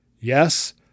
Yes